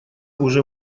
уже